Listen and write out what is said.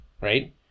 right